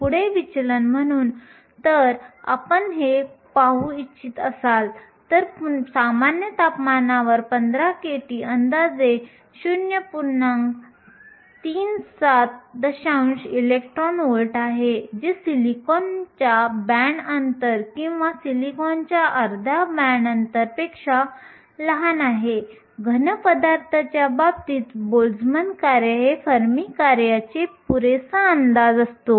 पुढील वर्गामध्ये आपण आंतरिक वाहक प्रमाण आणि सिलिकॉनसाठी वाहकता या मूल्यांची गणना करून प्रारंभ करू जेव्हा आपण पाहतो सामग्री बदलल्यामुळे ही मूल्ये कशी बदलतील